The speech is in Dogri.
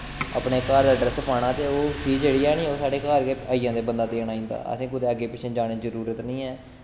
अपने घर दा अड्रैस पाना ते ओह् चीज जेह्ड़ी ऐ नि ओह् साढ़े घर गै आई जंदा बंदा देन आई जंदा असें कुदै अग्गें पिच्छें जाने दी जरूरत निं ऐ